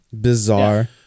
Bizarre